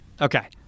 okay